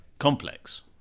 complex